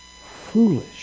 foolish